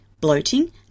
bloating